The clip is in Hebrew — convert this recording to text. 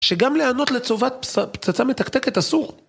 שגם להיענות לטובת פצצה מתקתקת אסור.